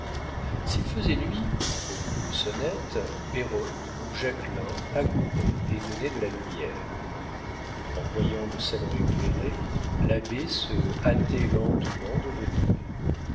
s'il faisait nuit au coup de sonnette pérotte ou jacquelin accourait et donnait de la lumière en voyant le salon éclairé l'abbé se hâtait lentement de venir